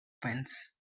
fence